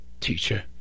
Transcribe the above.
teacher